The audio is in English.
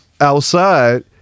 outside